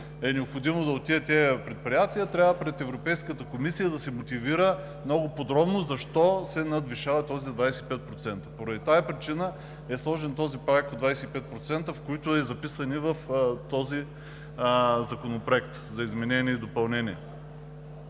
е необходимо да отидат в тези предприятия, пред Европейската комисия трябва да се мотивира много подробно защо се надвишават тези 25%. Поради тази причина е сложен прагът от 25%, който е записан в Законопроекта за изменение и допълнение.